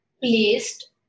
placed